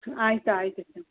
ಆಯ್ತು ಆಯಿತು ಸರ್